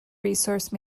resource